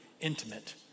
intimate